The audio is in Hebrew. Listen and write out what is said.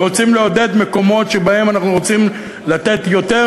ורוצים לעודד מקומות שבהם אנחנו רוצים לתת יותר